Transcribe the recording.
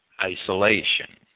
isolation